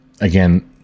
again